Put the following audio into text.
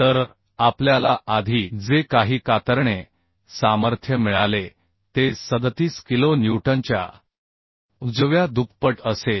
तर आपल्याला आधी जे काही कातरणे सामर्थ्य मिळाले ते 37 किलो न्यूटनच्या दुप्पट असेल